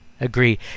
agree